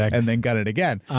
and then gun it again.